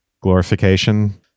glorification